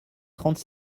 trente